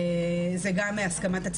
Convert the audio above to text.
זה גם הסכמת הצדדים.